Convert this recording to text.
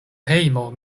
hejmo